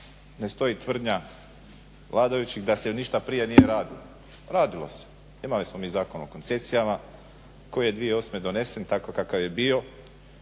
ne stoji tvrdnja vladajućih da se ništa prije nije radilo. Radilo se. Imali smo mi Zakon o koncesijama koji je 2008. donesen takav kakav je bio.